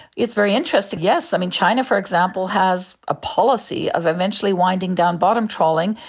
it's very interesting, yes. i mean, china for example has a policy of eventually winding down bottom trawling,